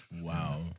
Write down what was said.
Wow